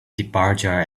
departure